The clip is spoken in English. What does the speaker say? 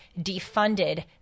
defunded